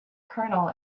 colonel